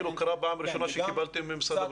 כאילו פעם ראשונה שקיבלתם ממשרד הבריאות?